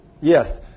Yes